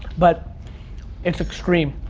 but it's extreme.